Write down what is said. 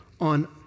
on